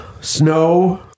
snow